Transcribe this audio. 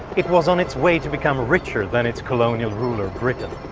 it was on its way to become richer than its colonial ruler, britain.